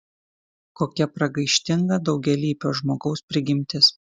kokia pragaištinga daugialypio žmogaus prigimtis